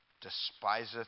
despiseth